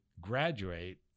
graduate